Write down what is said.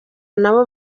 nabo